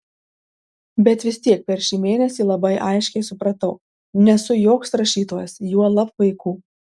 bet vis tiek per šį mėnesį labai aiškiai supratau nesu joks rašytojas juolab vaikų